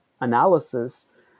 analysis